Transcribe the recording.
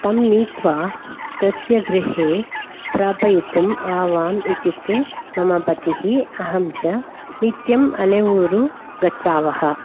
तं नीत्वा तस्य गृहे प्रापयितुम् आवाम् इत्युक्ते मम पतिः अहं च नित्यम् अलेऊरु गच्छावः